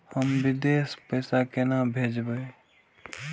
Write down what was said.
हम विदेश पैसा केना भेजबे?